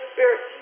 Spirit